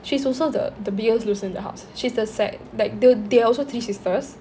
she's also the the biggest loser in the house she's the se~ like the~ they are also three sisters